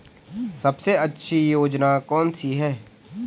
सबसे अच्छी योजना कोनसी है?